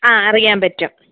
ആ അറിയാൻ പറ്റും